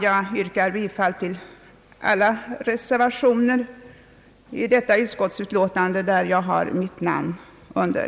Jag yrkar bifall till alla reservationer i detta utskottsutlåtande som jag har mitt namn under.